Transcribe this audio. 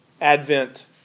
Advent